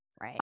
Right